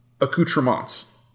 accoutrements